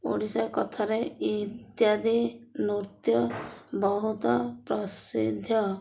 ଓଡ଼ିଶା କଥାରେ ଇତ୍ୟାଦି ନୃତ୍ୟ ବହୁତ ପ୍ରସିଦ୍ଧ